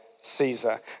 Caesar